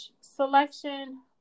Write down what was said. selection